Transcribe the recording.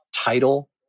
title